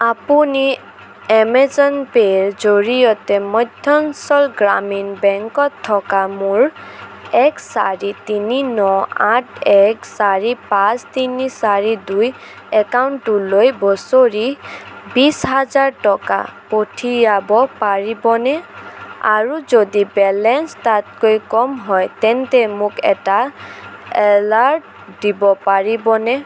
আপুনি এমেজন পে'ৰ জৰিয়তে মধ্যাঞ্চল গ্ৰামীণ বেংকত থকা মোৰ এক চাৰি তিনি ন আঠ এক চাৰি পাঁচ তিনি চাৰি দুই একাউণ্টটোলৈ বছৰি বিছ হাজাৰ টকা পঠিয়াব পাৰিবনে আৰু যদি বেলেঞ্চ তাতকৈ কম হয় তেন্তে মোক এটা এলাৰ্ট দিব পাৰিবনে